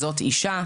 זאת אישה,